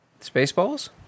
Spaceballs